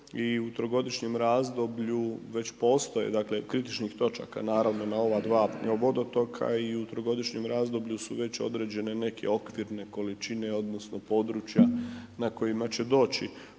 i u trogodišnjem razdoblju već postoje, dakle, kritičnih točaka, naravno, na ova dva vodotoka i u trogodišnjem razdoblju su već određene neke okvirne količine odnosno područja na kojima će doći